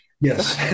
Yes